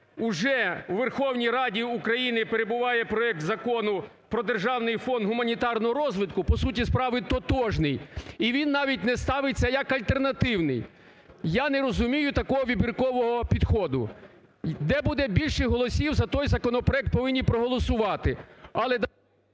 уже у Верховній Раді України перебуває проект Закону про Державний фонд гуманітарного розвитку, по суті справи, тотожний і він навіть не ставиться як альтернативний. Я не розумію такого вибіркового підходу, де буде більше голосів за той законопроект повинні проголосувати,